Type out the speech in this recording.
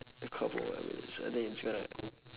a couple more minutes I think it's gonna